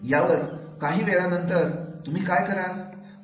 यावरच काही वेळानंतर तुम्ही काय कराल